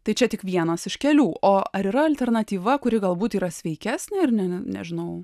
tai čia tik vienas iš kelių o ar yra alternatyva kuri galbūt yra sveikesnė ar ne nežinau